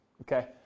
okay